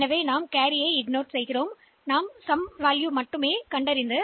எனவே எல்லா சம எண்ணையும் சேர்த்த பிறகு எந்த கேரியும் இருக்காது